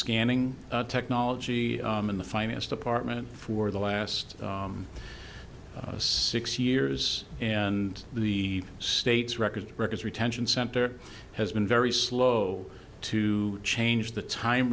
scanning technology in the finance department for the last six years and the states record records retention center has been very slow to change the time